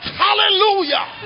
hallelujah